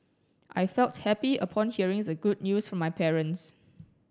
I felt happy upon hearing the good news from my parents